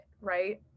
right